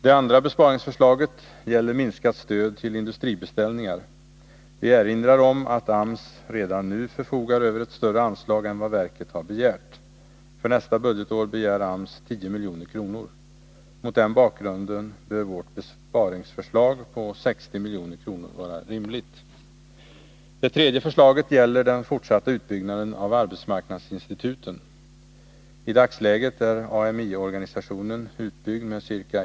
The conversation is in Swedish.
Det andra besparingsförslaget gäller minskat stöd till industribeställningar. Vi erinrar om att AMS redan nu förfogar över ett större anslag än vad verket har begärt. För nästa budgetår begär AMS 10 milj.kr. Mot den bakgrunden bör vårt besparingsförslag på 60 milj.kr. vara rimligt. Det tredje förslaget gäller den fortsatta utbyggnaden av arbetsmarknadsinstituten. I dagsläget är AMI-organisationen utbyggd med ca.